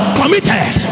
committed